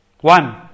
One